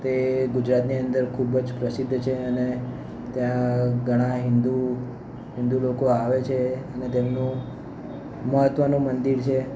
તે ગુજરાતની અંદર ખૂબ જ પ્રસિદ્ધ છે અને ત્યાં ઘણાં હિન્દુ હિન્દુ લોકો આવે છે અને તેમનું મહત્ત્વનું મંદિર છે